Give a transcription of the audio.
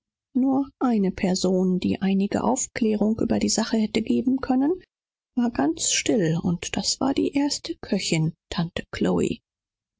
nur eine person die vielleicht etwas licht über die sache hätte verbreiten können sagte kein wort und das war die oberste köchin tante